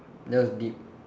that was deep